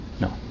No